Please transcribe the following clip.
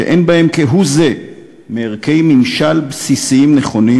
שאין בהם כהוא זה מערכי ממשל בסיסיים נכונים,